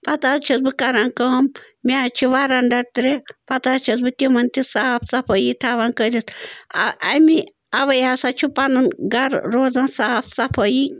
پتہٕ حظ چھَس بہٕ کَران کٲم مےٚ حظ چھِ وَرَنٛڈا ترٛےٚ پتہٕ حظ چھَس بہٕ تِمَن تہِ صاف صفٲیی تھاوان کٔرِتھ اَمی اَوَے ہسا چھُ پَنُن گرٕ روزان صاف صفٲیی